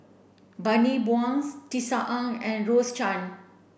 Bani Buang Tisa Ng and Rose Chan